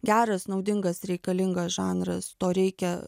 geras naudingas reikalingas žanras to reikia